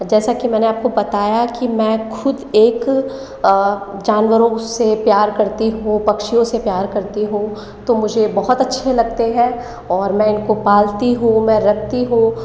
जैसा कि मैंने आपको बताया कि मैं ख़ुद एक जानवरों से प्यार करती हूँ पक्षियों से प्यार करती हूँ तो मुझे बहुत अच्छे लगते हैं और मैं इनको पालती हूँ मैं रखती हूँ